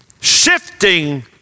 shifting